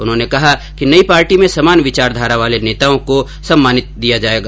उन्होंने कहा कि नयी पार्टी में समान विचारधारा वाले नेताओं को सम्मान दिया जाएगा